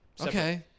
Okay